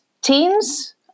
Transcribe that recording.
teens